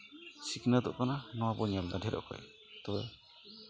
ᱥᱤᱠᱷᱱᱟᱹᱛᱚᱜ ᱠᱟᱱᱟ ᱱᱚᱣᱟᱵᱚᱱ ᱧᱮᱞᱫᱟ ᱰᱷᱮᱨ ᱚᱠᱚᱡ ᱛᱳ